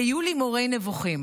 היו לי מורה נבוכים.